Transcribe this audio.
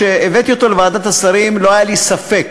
כשהבאתי אותו לוועדת השרים לא היה לי ספק